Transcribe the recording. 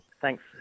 Thanks